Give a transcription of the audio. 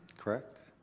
correct.